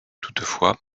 toutefois